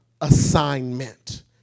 assignment